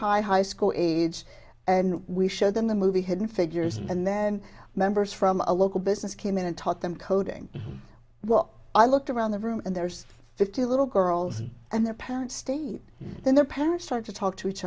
high high school age and we showed them the movie hidden figures and then members from a local business came in and taught them coding well i looked around the room and there's fifty little girls and their parents stayed in their parents tried to talk to each